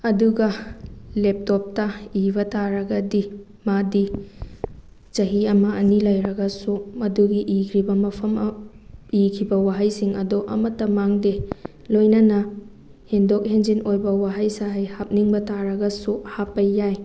ꯑꯗꯨꯒ ꯂꯦꯞꯇꯣꯞꯇ ꯏꯕ ꯇꯥꯔꯒꯗꯤ ꯃꯥꯗꯤ ꯆꯥꯍꯤ ꯑꯃ ꯑꯅꯤ ꯂꯩꯔꯒꯁꯨ ꯃꯗꯨꯒꯤ ꯏꯈ꯭꯭ꯔꯤꯕ ꯃꯐꯝ ꯏꯈꯤꯕ ꯋꯥꯍꯩꯁꯤꯡ ꯑꯗꯣ ꯑꯃꯠꯇ ꯃꯥꯡꯗꯦ ꯂꯣꯏꯅꯅ ꯍꯦꯟꯗꯣꯛ ꯍꯦꯟꯖꯤꯟ ꯑꯣꯏꯕ ꯋꯥꯍꯩ ꯁꯥꯍꯩ ꯍꯥꯞꯅꯤꯡꯕ ꯇꯥꯔꯒꯁꯨ ꯍꯥꯞꯄ ꯌꯥꯏ